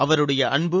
அவருடைய அன்பு